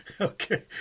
Okay